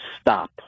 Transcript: stop